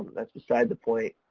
that's beside the point.